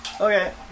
Okay